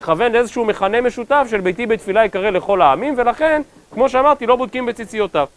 מתכוון לאיזשהו מכנה משותף של ביתי בית תפילה יקרא לכל העמים, ולכן, כמו שאמרתי, לא בודקים בציציותיו